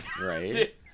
Right